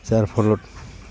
যাৰ ফলত